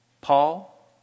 Paul